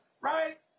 right